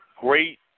great